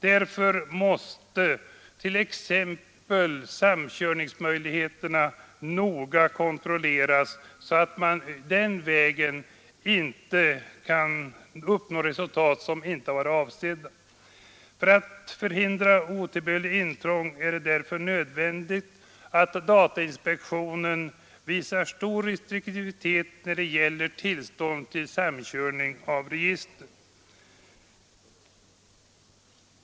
Därför måste t.ex. samkörningsmöjligheterna noga kontrolleras så att man inte den vägen kan uppnå resultat som inte var avsedda. För att förhindra otillbörligt intrång är det nödvändigt att datainspektionen visar stor restriktivitet när det gäller tillstånd till samkörning av register.